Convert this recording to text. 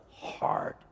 hard